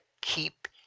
keep